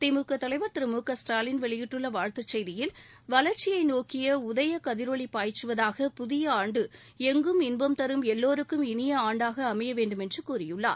திமுக தலைவர் திரு மு க ஸ்டாலின் வெளியிட்டுள்ள வாழ்த்துச் செய்தியில் வளர்ச்சியை நோக்கிய உதய உதிரொளி பாய்ச்சுவதாக புதிய ஆண்டு எங்கும் இன்பம் தரும் எல்லோருக்கும் இனிய ஆண்டாக அமைய வேண்டுமென்று கூறியுள்ளார்